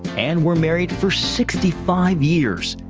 and were married for sixty five years.